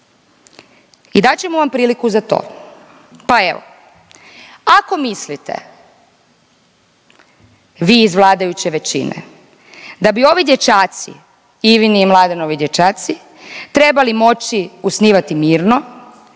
i dat ćemo vam priliku za to, pa evo ako mislite vi iz vladajuće većine da bi ovi dječaci, Ivini i Mladenovi dječaci trebali moći usnivati mirno